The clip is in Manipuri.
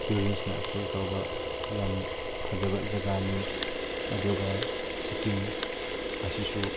ꯇ꯭ꯌꯨꯔꯤꯁꯅ ꯑꯇ꯭ꯔꯦꯛ ꯇꯧꯕ ꯌꯥꯝ ꯐꯖꯕ ꯖꯒꯥꯅꯤ ꯑꯗꯨꯒ ꯁꯤꯛꯀꯤꯝ ꯑꯁꯤꯁꯨ